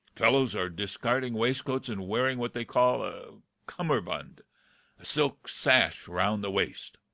fellows are discarding waistcoats and wearing what they call a cummerbund silk sash round the waist.